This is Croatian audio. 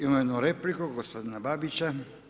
Imamo jednu repliku, gospodina Babića.